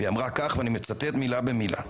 היא אמרה כך, ואני מצטט מילה במילה: